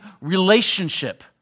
relationship